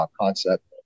concept